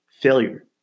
failure